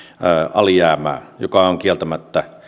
alijäämää joka on kieltämättä